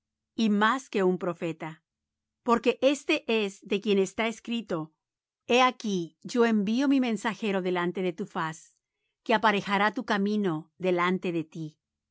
y más que profeta porque éste es de quien está escrito he aquí yo envío mi mensajero delante de tu faz que aparejará tu camino delante de ti